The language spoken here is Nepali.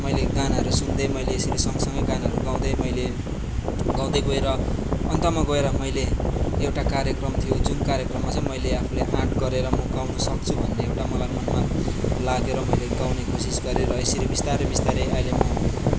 मैले गानाहरू सुन्दै मैले यसरी सँगसँगै गानाहरू गाउँदै मैले गाउँदै गएर अन्तमा गएर मैले एउटा कार्यक्रम थियो जुन कार्यक्रममा चाहिँ मैले आफूले आँट गरेर म गाउनु सक्छु भन्ने एउटा मनमा लागेर मैले गाउने कोसिस गरेँ र यसरी बिस्तारै बिस्तारै अहिले म